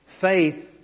faith